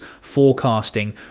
Forecasting